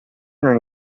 non